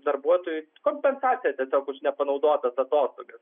darbuotojui kompensacija tiesiog už nepanaudotas atostogas